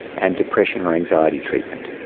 and depression or anxiety treatment.